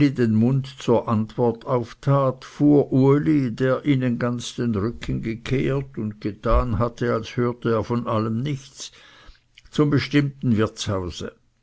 den mund zur antwort auftat fuhr uli der ihnen ganz den rücken gekehrt und getan hatte als höre er von allem nichts zum bestimmten wirtshause